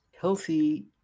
healthy